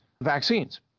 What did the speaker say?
vaccines